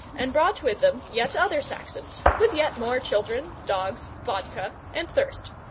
and brought with them yet other saxons with yet more children, dogs, vodka, and thirst.